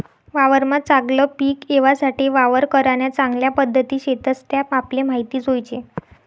वावरमा चागलं पिक येवासाठे वावर करान्या चांगल्या पध्दती शेतस त्या आपले माहित जोयजे